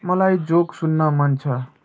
मलाई जोक सुन्न मन छ